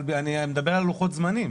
אבל אני מדבר על לוחות זמנים.